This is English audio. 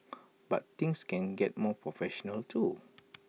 but things can get more professional too